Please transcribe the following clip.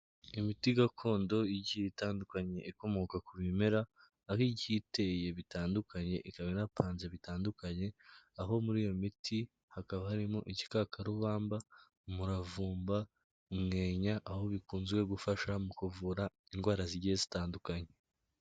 Imiti gakondo igiye itandukanye, ikomoka ku bimera, aho igiye iteye bitandukanye, ikaba inapanze bitandukanye, aho muri iyo miti, hakaba harimo igikakarubamba, umuravumba, umwenya, aho bikunzwe gufasha mu kuvura indwara zigiye zitandukanye.